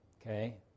Okay